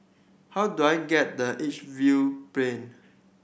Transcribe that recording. how do I get the Edgefield Plain